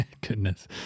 goodness